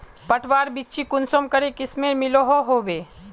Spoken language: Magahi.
पटवार बिच्ची कुंसम करे किस्मेर मिलोहो होबे?